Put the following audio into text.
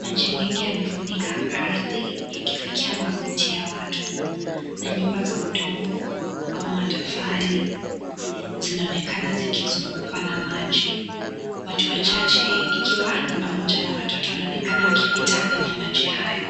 maji mingi yamefunika ardhi yakifikia magoti ya watu na nyumba za udongo au matofali zinaonekana zikizungukwa na maji, watu wachache ikiwa ni pamoja na watoto wanaonekana wakipita kwenye maji haya.